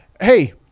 Hey